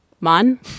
man